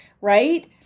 right